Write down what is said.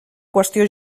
qüestió